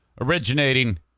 originating